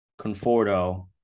Conforto